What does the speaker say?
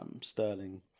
Sterling